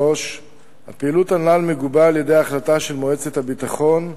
3. הפעילות הנ"ל מגובה על-ידי החלטה של מועצת הביטחון,